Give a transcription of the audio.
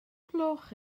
gloch